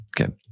Okay